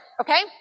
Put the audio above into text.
okay